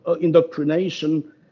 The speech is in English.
indoctrination